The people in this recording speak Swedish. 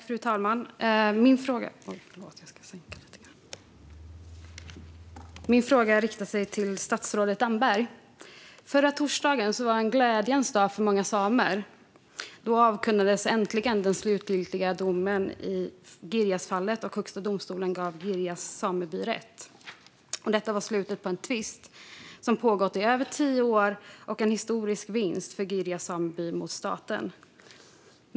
Fru talman! Min fråga riktar sig till statsrådet Damberg. Förra torsdagen var en glädjens dag för många samer. Då avkunnades äntligen den slutgiltiga domen i Girjasfallet, och Högsta domstolen gav Girjas sameby rätt. Detta var slutet på en tvist som pågått i över tio år och en historisk vinst för Girjas sameby mot staten.